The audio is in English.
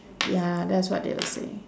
ya that's what they would saying